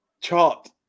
chart